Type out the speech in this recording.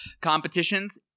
competitions